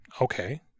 okay